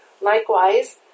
Likewise